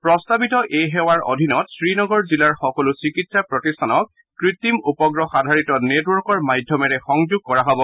প্ৰস্তাৱিত এই সেৱাৰ অধীনত শ্ৰীনগৰ জিলাৰ সকলো চিকিৎসা প্ৰতিষ্ঠানক কৃত্ৰিম উপগ্ৰহ আধাৰিত নেটৰৰ্কৰ মাধ্যমেৰে সংযোগ কৰা হ'ব